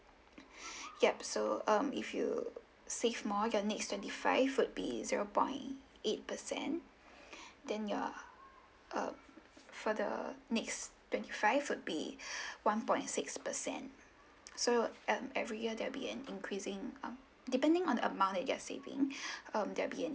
yup so um if you save more your next twenty five would be zero point eight percent then your um further next twenty five would be one point six percent so um every year there will be an increasing um depending on the amount that you're saving um there'll be an